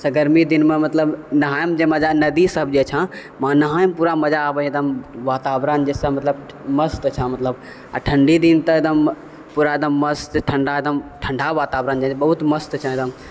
गरमी दिनमे मतलब नहायमे जे मजा नदी सब जे छह वहाँ नहायमे पूरा मजा एकदम वातावरण जैसे मलतब मस्त छह मतलब आओर ठण्डी दिन तऽ एकदम पूरा एकदम मस्त ठण्डा एकदम ठण्डा वातावरण बहुत मस्त छै एकदम